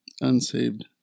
unsaved